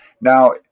Now